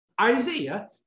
Isaiah